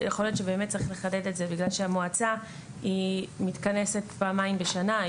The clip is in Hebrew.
יכול להיות שבאמת צריך לחדד את זה בגלל שהמועצה היא מתכנסת פעמיים בשנה.